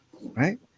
Right